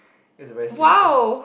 it's a very simple